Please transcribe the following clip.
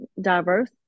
diverse